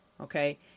okay